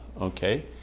Okay